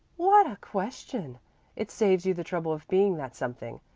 what a question it saves you the trouble of being that something.